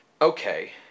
Okay